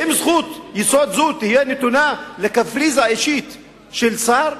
האם זכות יסוד זו תהיה נתונה לקפריזה אישית של שר,